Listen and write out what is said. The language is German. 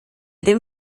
dem